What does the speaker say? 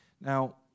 Now